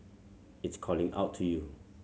it's calling out to you